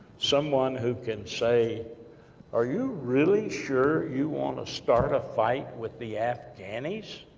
someone who can say are you really sure you want to start a fight with the afghanis?